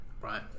right